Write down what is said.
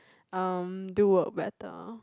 um do work better